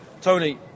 Tony